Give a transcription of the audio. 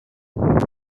his